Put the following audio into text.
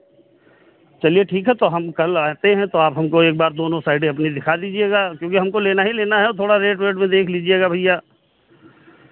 चलिए ठीक है तो हम कल आते हैं तो आप हमको एक बार दोनों साइटें अपनी दिखा दीजिएगा क्योंकि हमको लेना ही लेना है और थोड़ा रेट वेट भी देख लीजिएगा भैया